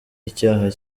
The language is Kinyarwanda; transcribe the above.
icyaha